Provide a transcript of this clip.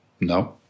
No